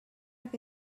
que